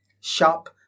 Sharp